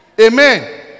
Amen